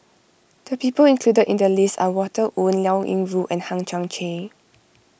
the people included in the list are Walter Woon Liao Yingru and Hang Chang Chieh